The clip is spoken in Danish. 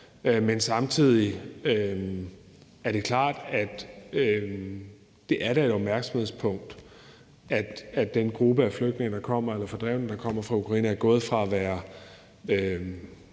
Men samtidig er det klart, at det da er et opmærksomhedspunkt, at den gruppe af fordrevne, der kommer fra Ukraine, er gået fra at være